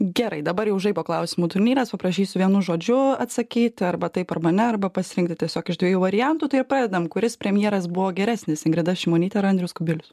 gerai dabar jau žaibo klausimų turnyras paprašysiu vienu žodžiu atsakyt arba taip arba ne arba pasirinkti tiesiog iš dviejų variantų tai ir pradedam kuris premjeras buvo geresnis ingrida šimonytė ar andrius kubilius